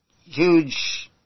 huge